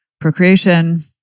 procreation